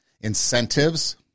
incentives